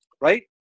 Right